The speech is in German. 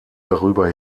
darüber